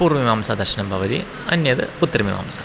पूर्वमीमांसादर्शनं भवति अन्यत् उत्तरमीमांसा